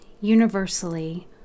universally